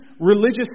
religious